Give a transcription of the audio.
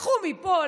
לקחו מפה,